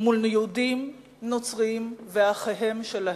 מול יהודים, נוצרים ואחיהם שלהם.